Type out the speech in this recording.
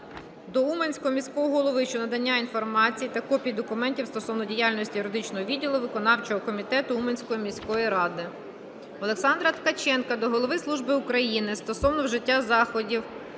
до Уманського міського голови щодо надання інформації та копій документів стосовно діяльності юридичного відділу виконавчого комітету Уманської міської ради. Олександра Ткаченка до Голови Служби безпеки України стосовно вжиття дієвих